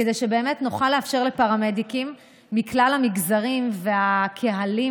כדי שבאמת נוכל לאפשר לפרמדיקים מכלל המגזרים והקהלים,